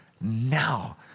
now